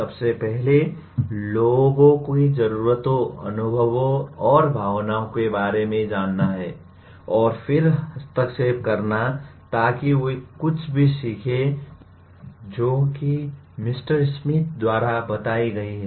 सबसे पहले लोगों की ज़रूरतों अनुभवों और भावनाओं के बारे में जानना है और फिर हस्तक्षेप करना ताकि वे कुछ भी सीखें जो कि मिस्टर स्मिथ द्वारा बताई गई हैं